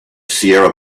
sierra